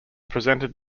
presented